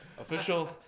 Official